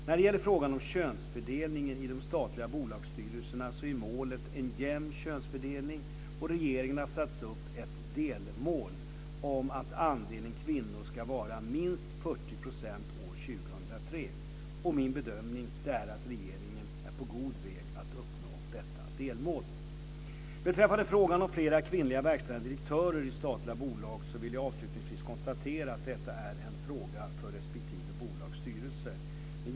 När det gäller frågan om könsfördelningen i de statliga bolagsstyrelserna är målet en jämn könsfördelning, och regeringen har satt upp ett delmål om att andelen kvinnor ska vara minst 40 % år 2003. Min bedömning är att regeringen är på god väg att uppnå detta delmål. Beträffande frågan om fler kvinnliga verkställande direktörer i statliga bolag vill jag avslutningsvis konstatera att detta är en fråga för respektive bolags styrelser.